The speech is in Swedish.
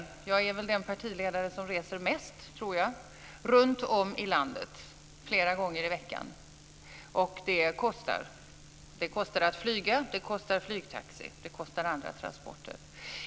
Jag tror att jag är den partiledare som reser mest runtom i landet flera gånger i veckan. Och det kostar. Det kostar att flyga, att åka flygtaxi och med andra transporter.